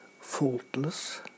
faultless